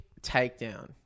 takedown